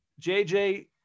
JJ